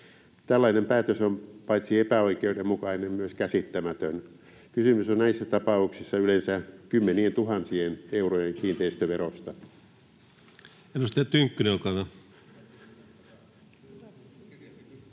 Tällainen päätös on paitsi epäoikeudenmukainen myös käsittämätön. Kysymys on näissä tapauksissa yleensä kymmenientuhansien eurojen kiinteistöverosta.